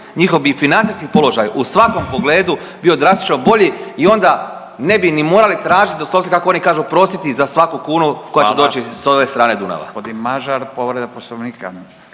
njihov bi i financijski položaj u svakom pogledu bio drastično bolji i onda ne bi ni morali tražiti doslovce kako oni kažu prositi za svaku kunu koja će doći s ove …/Upadica: